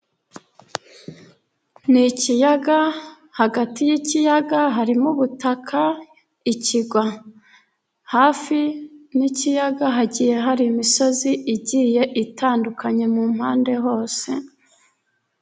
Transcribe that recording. Ni ikiyaga hagati y'ikiyaga harimo ubutaka (ikirwa). Hafi y'ikiyaga hagiye hari imisozi igiye itandukanye mu mpande hose.